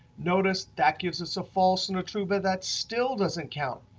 notice that gives us a false and a true, but that still doesn't count.